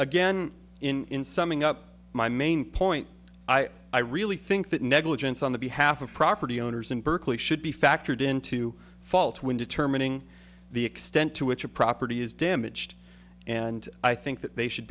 again in summing up my main point i i really think that negligence on the behalf of property owners in berkeley should be factored into fault when determining the extent to which a property is damaged and i think that they should